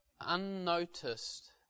Unnoticed